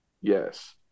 Yes